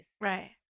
Right